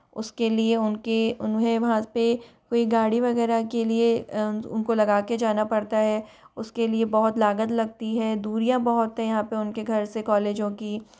उस के लिए उन के उन्हें वहाँ पे कोई गाड़ी वग़ैरह के लिए उन को लगा कर जाना पड़ता है उस के लिए बहुत लागत लगती है दूरियाँ बहुत है यहाँ पर उन के घर से कॉलेजों की